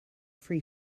free